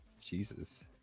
Jesus